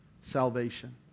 salvation